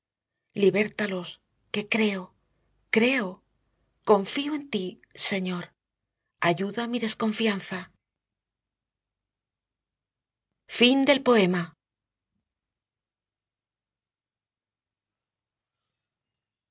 libértalos que creo creo confío en tí señor ayuda mi desconfianza salmo iii